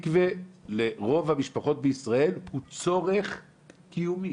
מקווה לרוב המשפחות בישראל הוא צורך קיומי.